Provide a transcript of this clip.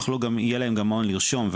יהיה להם גם מעון לרשום,